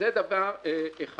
זה דבר אחד